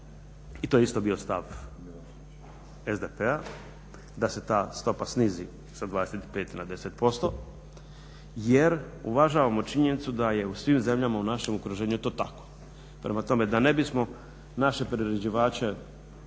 I to je isto bio stav SDP-a da se ta stopa snizi sa 25 na 10%. Jer uvažavamo činjenicu da je u svim zemljama u našem okruženju to tako. Prema tome, da ne bismo naše priređivače